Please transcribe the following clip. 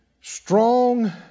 strong